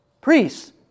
priests